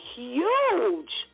huge